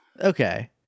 Okay